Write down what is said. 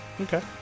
Okay